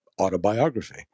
autobiography